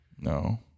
No